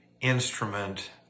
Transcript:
instrument